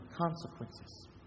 consequences